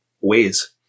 ways